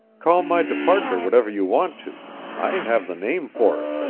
call my departure whatever you want to i have the name for it.